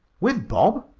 with bob?